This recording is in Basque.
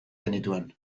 genituen